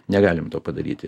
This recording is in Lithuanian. negalim to padaryti